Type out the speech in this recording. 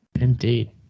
Indeed